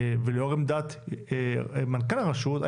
ולאור עמדת מנכ"ל הרשות,